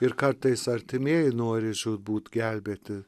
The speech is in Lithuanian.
ir kartais artimieji nori žūtbūt gelbėti